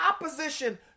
opposition